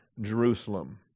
Jerusalem